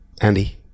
Andy